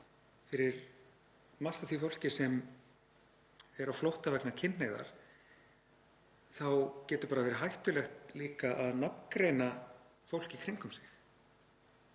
fyrir margt af því fólki sem er á flótta vegna kynhneigðar getur verið hættulegt að nafngreina fólk í kringum sig.